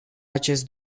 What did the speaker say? acest